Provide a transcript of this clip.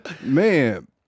Man